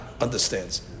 understands